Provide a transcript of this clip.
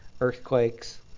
earthquakes